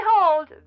behold